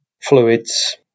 fluids